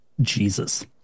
Jesus